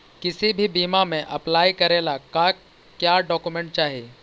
किसी भी बीमा में अप्लाई करे ला का क्या डॉक्यूमेंट चाही?